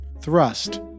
thrust